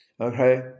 Okay